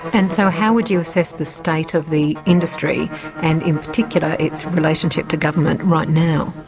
and so how would you assess the state of the industry, and in particular its relationship to government right now?